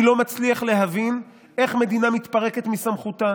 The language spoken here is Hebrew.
אני לא מצליח להבין איך מדינה מתפרקת מסמכותה.